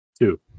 Two